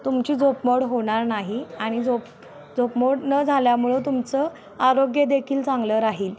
तुमची झोपमोड होणार नाही आणि झोप झोपमोड न झाल्यामुळे तुमचं आरोग्य देखील चांगलं राहील